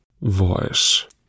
Voice